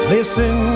Listen